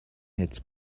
hits